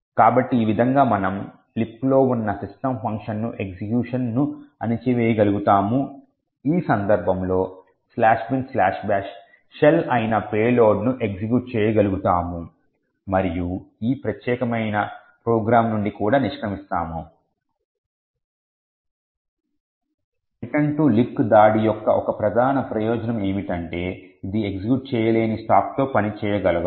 కాబట్టి ఈ విధంగా మనము లిబ్క్లో ఉన్న సిస్టమ్ ఫంక్షన్కు ఎగ్జిక్యూషన్ ను అణచివేయగలుగుతాము ఈ సందర్భంలో "binbash" షెల్ అయిన పేలోడ్ను ఎగ్జిక్యూట్ చేయగలుగుతాము మరియు ఈ ప్రత్యేక ప్రోగ్రామ్ నుండి కూడా నిష్క్రమిస్తాము రిటర్న్ టు లిబ్క్ దాడి యొక్క ఒక ప్రధాన ప్రయోజనం ఏమిటంటే ఇది ఎగ్జిక్యూట్ చేయలేని స్టాక్తో పనిచేయగలదు